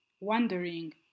wondering